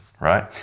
right